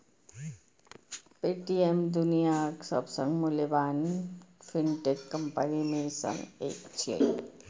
Paytm दुनियाक सबसं मूल्यवान फिनटेक कंपनी मे सं एक छियै